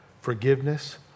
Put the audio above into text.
Forgiveness